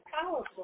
powerful